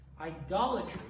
Idolatry